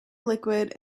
liquid